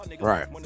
right